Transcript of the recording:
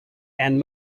and